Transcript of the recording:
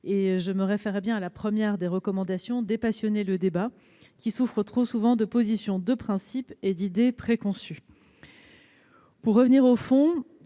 Je me réfère donc à la première recommandation du rapport :« Dépassionner le débat qui souffre trop souvent de positions de principe et d'idées préconçues. » Pour revenir au fond,